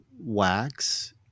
wax